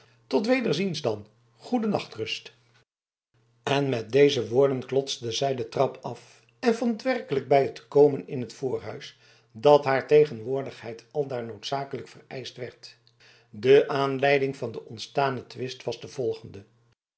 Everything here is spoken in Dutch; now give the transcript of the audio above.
tot wederziens dan goede nachtrust en met deze woorden kloste zij de trap af en vond werkelijk bij het komen in het voorhuis dat haar tegenwoordigheid aldaar noodzakelijk vereischt werd de aanleiding van den ontstanen twist was de volgende